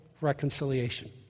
Reconciliation